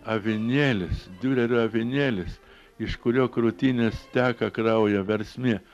avinėlis diurerio avinėlis iš kurio krūtinės teka kraujo versmė